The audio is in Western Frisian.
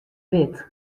wit